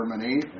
Germany